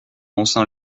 haussant